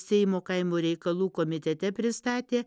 seimo kaimo reikalų komitete pristatė